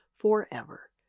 forever